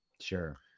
sure